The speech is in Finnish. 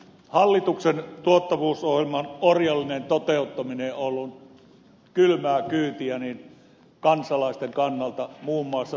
hallituksen tuottavuusohjelman orjallinen toteuttaminen on ollut kylmää kyytiä kansalaisten kannalta muun muassa turvallisuuspalvelujen osalta